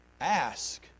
Ask